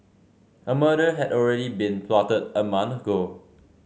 a murder had already been plotted a month ago